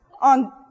on